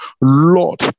Lord